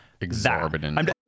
Exorbitant